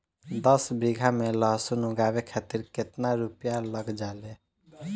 दस बीघा में लहसुन उगावे खातिर केतना रुपया लग जाले?